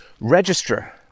register